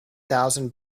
thousand